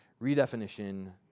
redefinition